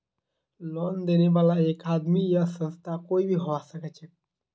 loan देने बाला एक आदमी या संस्था कोई भी हबा सखछेक